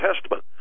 Testament